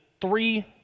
three